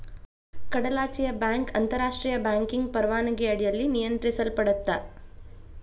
ಕಡಲಾಚೆಯ ಬ್ಯಾಂಕ್ ಅಂತಾರಾಷ್ಟ್ರಿಯ ಬ್ಯಾಂಕಿಂಗ್ ಪರವಾನಗಿ ಅಡಿಯಲ್ಲಿ ನಿಯಂತ್ರಿಸಲ್ಪಡತ್ತಾ